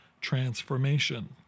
transformation